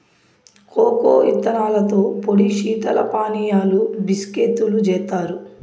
cocoa ఇత్తనాలతో పొడి శీతల పానీయాలు, బిస్కేత్తులు జేత్తారు